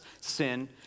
sin